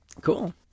Cool